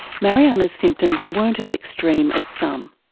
mariana's symptoms weren't as extreme as some.